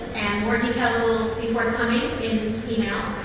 and more details will forthcoming in email.